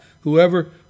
Whoever